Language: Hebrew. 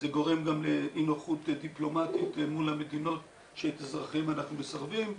זה גורם גם לאי נוחות דיפלומטית מול המדינות שאת אזרחיהן אנחנו מסרבים,